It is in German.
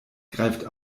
greift